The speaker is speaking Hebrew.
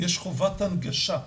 יש חובת הנגשה.